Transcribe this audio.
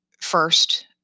first